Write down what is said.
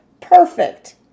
Perfect